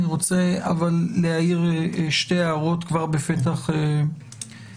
אבל אני רוצה להעיר שתי הערות כבר בפתח הדברים.